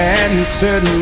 answered